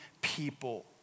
people